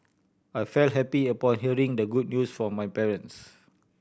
I felt happy upon hearing the good news from my parents